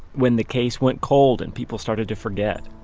when the case went cold and people started to forget.